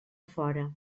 fora